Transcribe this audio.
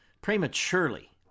prematurely